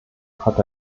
hat